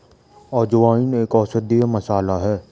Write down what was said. अजवाइन एक औषधीय मसाला है